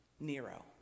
Nero